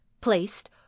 placed